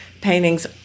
paintings